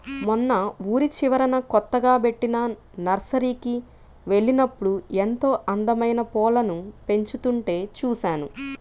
మొన్న ఊరి చివరన కొత్తగా బెట్టిన నర్సరీకి వెళ్ళినప్పుడు ఎంతో అందమైన పూలను పెంచుతుంటే చూశాను